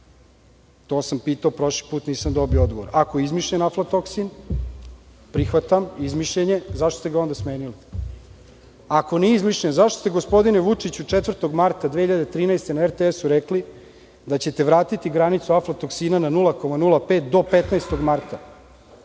To sam pitao prošli put, nisam dobio odgovor. Ako je izmišljen aflatoksin, prihvatam izmišljen je. Zašto ste ga onda smenili? Ako nije izmišljen, zašto ste gospodine Vučiću 4. marta 2013. godine na RTS rekli da ćete vratiti granicu aflatoksina na 0,05 do 15. marta,